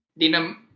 dinam